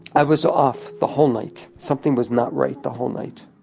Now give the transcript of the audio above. i was off the whole night, something was not right the whole night